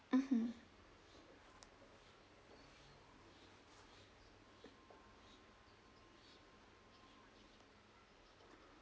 mmhmm